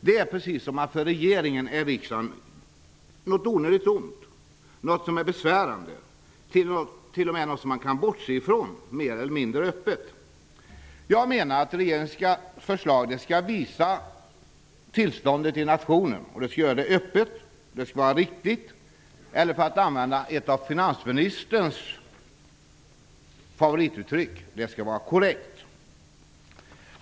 Det är precis som att för regeringen är riksdagen något onödigt ont, något besvärande, t.o.m. något som man mer eller mindre öppet kan bortse ifrån. Jag menar att regeringens förslag skall visa tillståndet i nationen. Det skall ske öppet, riktigt eller för att använda ett av finansministerns favorituttryck: det skall vara korrekt.